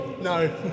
No